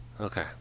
okay